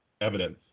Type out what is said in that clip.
evidence